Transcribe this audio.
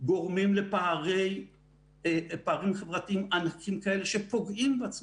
גורמים לפערים חברתיים ענקיים שפוגעים בצמיחה?